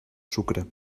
sucre